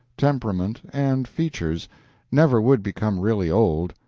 temperament, and features never would become really old,